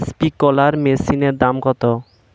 Sprinkler মেশিনের দাম কত?